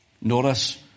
Notice